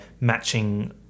matching